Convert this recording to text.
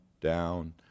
down